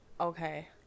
okay